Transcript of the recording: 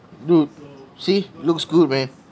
dude see looks good man